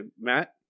matt